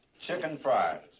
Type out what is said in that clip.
chicken fried,